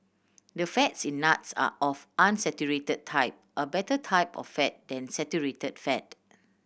the fats in nuts are of unsaturated type a better type of fat than saturated fat